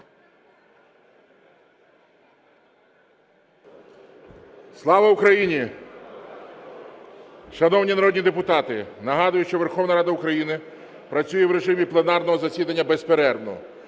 Слава Україні! Шановні народні депутати, нагадую, що Верховна Рада України працює в режимі пленарного засідання безперервно.